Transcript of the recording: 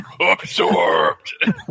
Absorbed